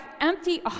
empty